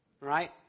Right